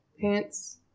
Pants